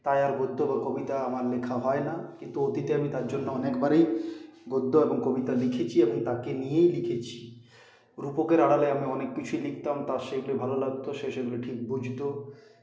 তাই আর গদ্য বা কবিতা আমার লেখা হয় না কিন্তু অতীতে আমি তার জন্য অনেকবারই গদ্য এবং কবিতা লিখেছি এবং তাকে নিয়েই লিখেছি রূপকের আড়ালে আমি অনেক কিছুই লিখতাম তার সেগুলি ভালো লাগতো সে সেগুলি ঠিক বুঝতো